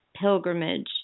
pilgrimage